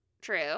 True